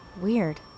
Weird